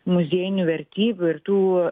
muziejinių vertybių ir tų